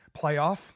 playoff